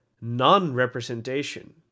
non-representation